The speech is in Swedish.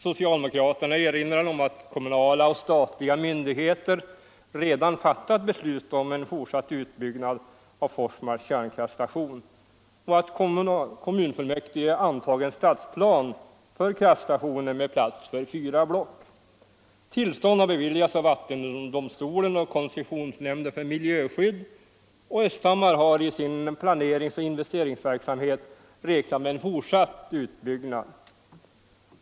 Socialdemokraterna erinrade om att kommunala och statliga myndigheter redan fattat beslut om en fortsatt utbyggnad av Forsmarks kärnkraftstation och att kommunfullmäktige antagit en stadsplan för kraftstationen med plats för fyra block. Tillstånd har beviljats av vattendomstolen och koncessionsnämnden för miljöskydd, och Östhammar har i sin planeringsoch investeringsverksamhet räknat med en fortsatt utbyggnad.